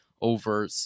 over